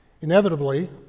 Inevitably